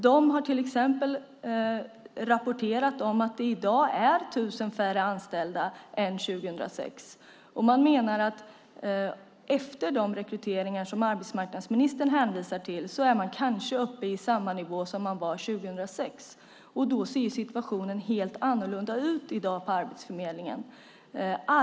De har till exempel rapporterat om att det i dag är 1 000 färre anställda än 2006. Efter de rekryteringar som arbetsmarknadsministern hänvisar till är man kanske uppe i samma nivå som 2006, menar ST. Men situationen ser helt annorlunda ut i dag på Arbetsförmedlingen.